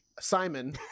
Simon